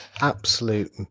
absolute